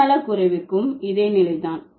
உடல்நலக்குறைவுக்கும் இதே நிலைதான்